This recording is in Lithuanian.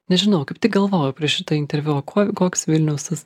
nežinau kaip tik galvojau prieš šitą interviu o kuo koks vilnius tas